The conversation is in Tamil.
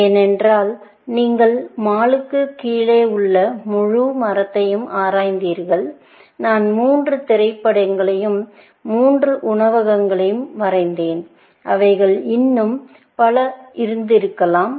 ஏனென்றால் நீங்கள் மாலுக்கு கீழே உள்ள முழு மரத்தையும் ஆராய்ந்தீர்கள் நான் மூன்று திரைப்படங்களையும் மூன்று உணவகங்களையும் வரைந்தேன் அவைகள் இன்னும் பல இருந்திருக்கலாம்